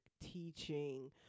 teaching